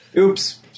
Oops